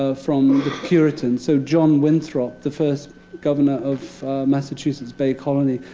ah from ah the puritans. so john winthrop, the first governor of massachusetts bay colony,